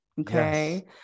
Okay